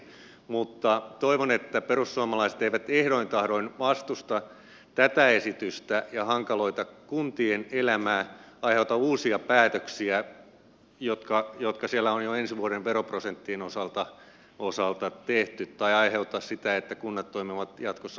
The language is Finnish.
mutta toivon että perussuomalaiset eivät ehdoin tahdoin vastusta tätä esitystä ja hankaloita kuntien elämää aiheuta uusia päätöksiä jotka siellä on jo ensi vuoden veroprosenttien osalta tehty tai sitä että kunnat toimivat jatkossa lainvastaisesti